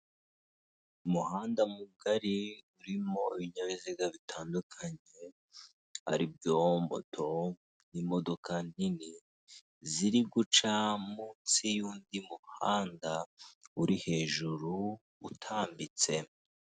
Umuhanda mugari urimo ibinyabiziga bitandukanye ari byo moto, imodoka nini ziri guca munsi y'undi muhanda uri hejuru, utambitse.